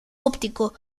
óptico